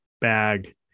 bag